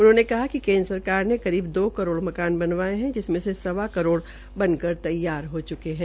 उन्होंने कहा कि केन्द्र सरकार के करीब दो करोड़ कमान बनवाये है जिसमें से सवा करोड़ बन कर तैयार हो चुके है